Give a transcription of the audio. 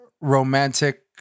romantic